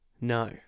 No